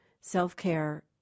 self-care